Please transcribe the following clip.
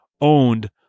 owned